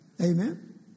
Amen